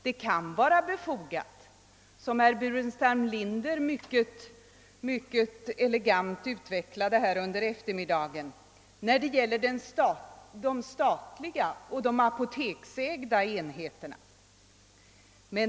Det kan vara motiverat — som herr Burenstam Linder mycket elegant utvecklade det hela under eftermiddagen — när det gäller de statliga och de apoteksägda enheterna.